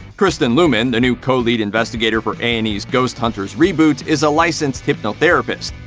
kristen luman, the new co-lead investigator for a and e's ghost hunters reboot, is a licensed hypnotherapist.